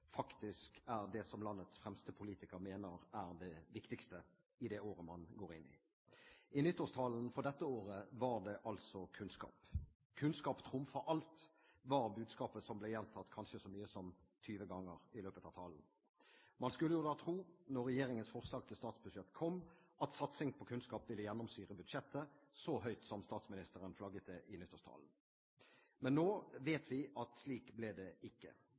faktisk er det som landets fremste politiker mener er det viktigste i det året man går inn i. I nyttårstalen for dette året var det altså kunnskap. «Kunnskap trumfer alt», var budskapet som ble gjentatt kanskje så mye som 20 ganger i løpet av talen. Man skulle jo da tro – når regjeringens forslag til statsbudsjett kom – at satsing på kunnskap ville gjennomsyre budsjettet, så høyt som statsministeren flagget det i nyttårstalen. Men nå vet vi at slik ble det ikke.